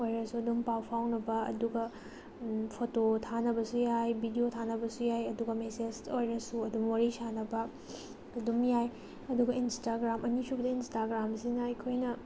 ꯑꯣꯏꯔꯁꯨ ꯑꯗꯨꯝ ꯄꯥꯎ ꯐꯥꯎꯅꯕ ꯑꯗꯨꯒ ꯐꯣꯇꯣ ꯊꯥꯅꯕꯁꯨ ꯌꯥꯏ ꯕꯤꯗꯤꯑꯣ ꯊꯥꯅꯕꯁꯨ ꯌꯥꯏ ꯑꯗꯨꯒ ꯃꯦꯁꯦꯁꯇ ꯑꯣꯏꯔꯁꯨ ꯑꯗꯨꯝ ꯋꯥꯔꯤ ꯁꯥꯟꯅꯕ ꯑꯗꯨꯝ ꯌꯥꯏ ꯑꯗꯨꯒ ꯏꯟꯁꯇꯥꯒ꯭ꯔꯥꯝ ꯑꯅꯤꯁꯨꯕꯗ ꯏꯟꯁꯇꯥꯒ꯭ꯔꯥꯝꯁꯤꯅ ꯑꯩꯈꯣꯏꯅ